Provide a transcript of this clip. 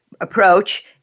approach